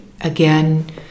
again